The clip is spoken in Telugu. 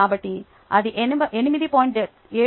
కాబట్టి అది 8